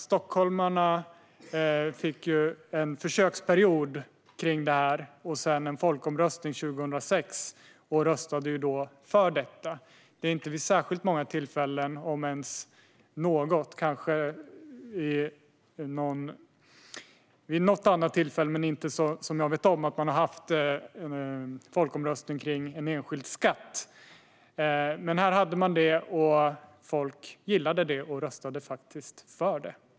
Stockholmarna fick en försöksperiod och en folkomröstning 2006. Då röstade man för detta. Det har inte varit folkomröstningar om en enskild skatt vid särskilt många tillfällen, om ens något. Kanske har det varit vid något annat tillfälle, men inte som jag vet om. Här hade man det. Och folk gillade trängselskatten och röstade för den.